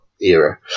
Era